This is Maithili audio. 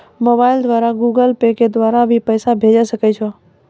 मोबाइल द्वारा गूगल पे के द्वारा भी पैसा भेजै सकै छौ?